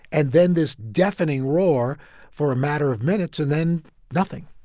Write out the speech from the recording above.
and then this deafening roar for a matter of minutes and then nothing,